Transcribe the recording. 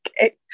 okay